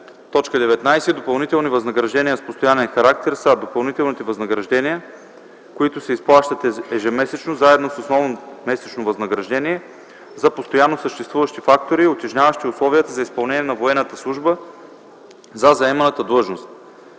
„19. „Допълнителни възнаграждения с постоянен характер” са допълнителните възнаграждения, които се изплащат ежемесечно заедно с основното месечно възнаграждение за постоянно съществуващи фактори, утежняващи условията за изпълнение на военната служба за заеманата длъжност.